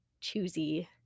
choosy